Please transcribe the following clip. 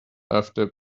after